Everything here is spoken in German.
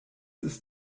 ist